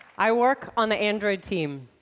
i work on the android team.